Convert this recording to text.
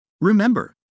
Remember